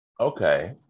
Okay